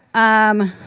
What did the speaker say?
i'm